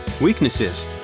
weaknesses